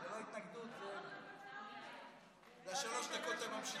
זה לא התנגדות, זה השלוש דקות הממשיכות שלי.